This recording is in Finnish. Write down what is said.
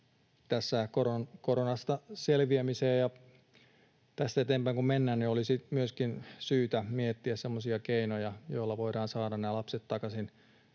Tässä koronasta selviämiseen, ja tästä eteenpäin kun mennään, olisi myöskin syytä miettiä semmoisia keinoja, joilla voidaan saada nämä lapset takaisin